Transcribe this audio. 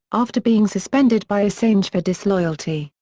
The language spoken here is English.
after being suspended by assange for disloyalty,